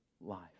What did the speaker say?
life